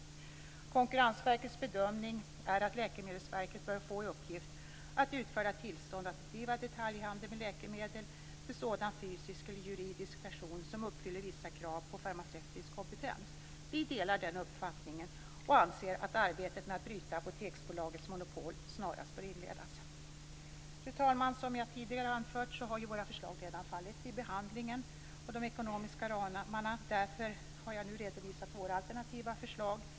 Konkurrensverkets bedömning är att Läkemedelsverket bör få i uppgift att utfärda tillstånd att bedriva detaljhandel med läkemedel till sådan fysisk eller juridisk person som uppfyller vissa krav på farmaceutisk kompetens. Vi delar den uppfattningen och anser att arbetet med att bryta Apoteksbolagets monopol snarast bör inledas. Fru talman! Som jag tidigare har anfört så har ju våra förslag redan fallit vid behandlingen av de ekonomiska ramarna. Därför har jag nu redovisat våra alternativa förslag.